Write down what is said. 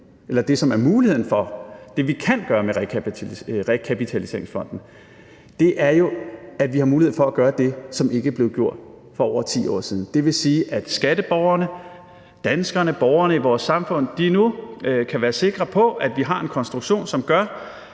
eller det, som der er mulighed for, det, som vi kan gøre med rekapitaliseringsfonden, jo er at gøre det, som ikke blev gjort for over 10 år siden. Og det vil sige, at skatteborgerne, danskerne, borgerne i vores samfund nu kan være sikre på, at vi har en konstruktion, som gør,